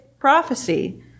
prophecy